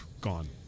Gone